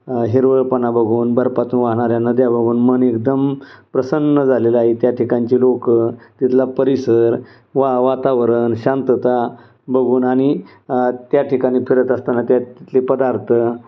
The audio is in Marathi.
हिरवळपणा बघून बर्फातून वाहणाऱ्या नद्या बघून मन एकदम प्रसन्न झालेलं आहे त्या ठिकाणचे लोकं तिथला परिसर वा वातावरण शांतता बघून आणि त्या ठिकाणी फिरत असताना त्या तिथले पदार्थ